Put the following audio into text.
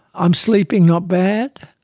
i'm sleeping not bad.